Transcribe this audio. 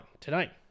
tonight